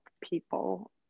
people